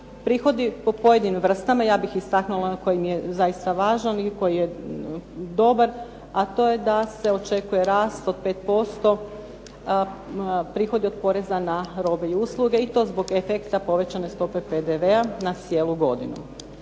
Prihodi po pojedinim vrstama ja bih istaknula onaj koji mi je zaista važan i koji mi je dobar, a to je da se očekuje rast od 5% prihodi od poreza na robe i usluge i to zbog efekta povećane stope PDV-a na cijelu godinu.